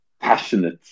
passionate